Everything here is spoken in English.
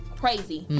crazy